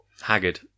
Haggard